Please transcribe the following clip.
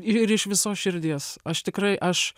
ir iš visos širdies aš tikrai aš